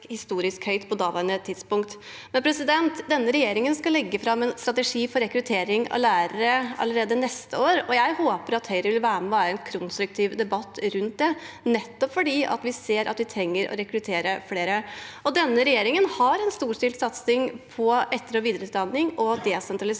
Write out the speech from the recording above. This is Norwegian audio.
historisk høyt på daværende tidspunkt. Denne regjeringen skal legge fram en strategi for rekruttering av lærere allerede neste år. Jeg håper Høyre vil være med i en konstruktiv debatt rundt det, for vi ser at vi trenger å rekruttere flere. Regjeringen har også en storstilt satsing på etter- og videreutdanning og desentralisert